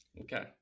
Okay